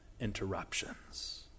interruptions